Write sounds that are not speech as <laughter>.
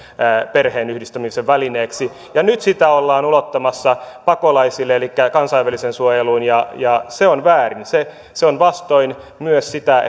perheenyhdistämiseen välineeksi ja nyt niitä ollaan ulottamassa pakolaisille elikkä kansainväliseen suojeluun ja ja se on väärin se se on vastoin myös sitä <unintelligible>